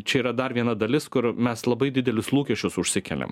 čia yra dar viena dalis kur mes labai didelius lūkesčius užsikeliam